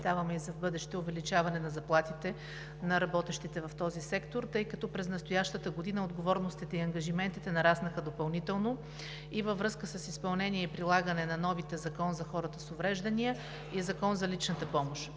защитаваме и за в бъдеще увеличаване на заплатите на работещите в този сектор, тъй като през настоящата година отговорностите и ангажиментите нараснаха допълнително и във връзка с изпълнение и прилагане на новите Закон за хората с увреждания и Закон за личната помощ.